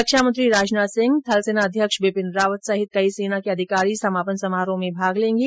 रक्षा मंत्री राजनाथ सिंह थल सेना अध्यक्ष बिपिन रावत सहित कई सेना के अधिकारी समापन समारोह में भाग लेंगे